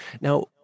Now